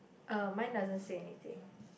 uh mine doesn't say anything